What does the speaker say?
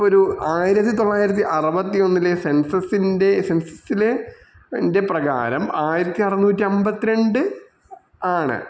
ഇപ്പം ഒരു ആയിരത്തി തൊള്ളായിരത്തി അറുപത്തി ഒന്നിലെ സെൻസസിൻ്റെ സെൻസസിലെ ൻ്റെ പ്രകാരം ആയിരത്തി അറുന്നൂറ്റി അമ്പത്തി രണ്ട് ആണ്